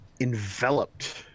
enveloped